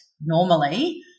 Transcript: normally